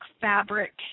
fabric